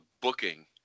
booking